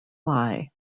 lie